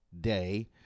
day